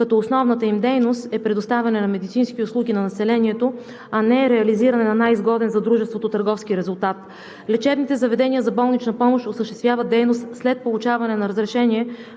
и основната им дейност е предоставянето на медицински услуги за населението, а не е реализирането на най-изгодни за дружеството търговски резултат. Лечебните заведения за болнична помощ осъществяват дейност след получаване на разрешение,